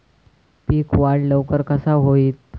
पीक वाढ लवकर कसा होईत?